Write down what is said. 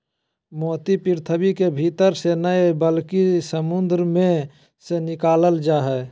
मोती पृथ्वी के भीतर से नय बल्कि समुंद मे से निकालल जा हय